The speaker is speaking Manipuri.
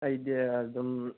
ꯑꯩꯗꯤ ꯑꯗꯨꯝ